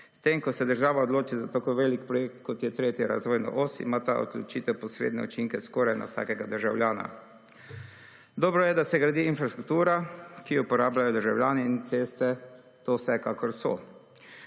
S tem, ko se država odloči za tako veliko projekt, kot je 3. razvojna os, ima ta odločitev posredne učinke skoraj na vsakega državljana. Dobro je, da se gradi infrastruktura, ki jo uporabljajo državljani. In ceste to vsekakor so.